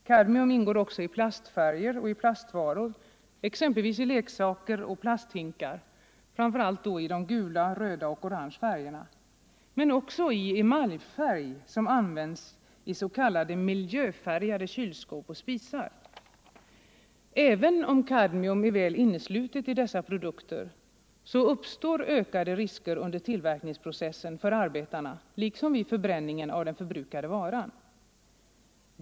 Kadmium ingår också i plastfärger och plastvaror, exempelvis i leksaker och plasthinkar, framför allt i färgerna gult, rött och orange men också i emaljfärg som används i ”miljöfärgade” kylskåp och spisar. Även om kadmium är väl inneslutet i dessa produkter så uppstår ökade risker under tillverkningsprocessen för arbetarna liksom vid förbränningen av den förbrukade varan.